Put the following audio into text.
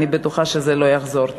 ואני בטוחה שזה לא יחזור.